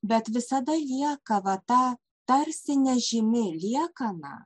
bet visada lieka va ta tarsi nežymi liekana